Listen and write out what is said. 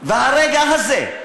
והרגע הזה,